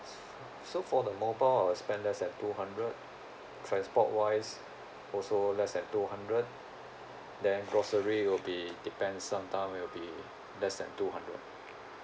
so for the mobile I will spend less than two hundred transport wise also less than two hundred then grocery will be depends sometimes will be less than two hundred